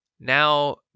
Now